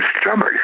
stomach